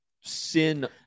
Sin